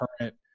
current